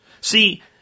See